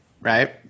right